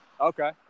Okay